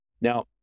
Now